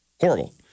horrible